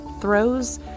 throws